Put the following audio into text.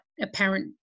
apparent